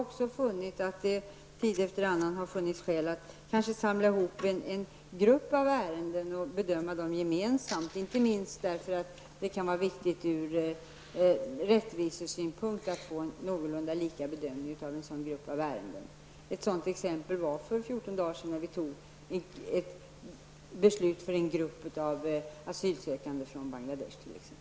Ibland har det också funnits skäl att samla ihop en grupp av ärenden och bedöma dessa gemensamt. Inte minst ur rättvisesynpunkt kan det vara viktigt att göra en sådan samlad bedömning. Ett exempel på ett sådant förfarande hade vi för fjorton dagar sedan, när vi fattade ett gemensamt beslut för en grupp asylsökande från Bangladesh.